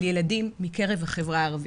של ילדים מקרב החברה הערבית.